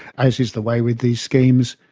as is the way with these schemes,